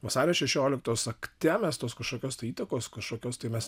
vasario šešioliktos akte mes tos kažkokios tai įtakos kažkokios tai mes